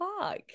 Fuck